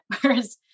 Whereas